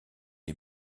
est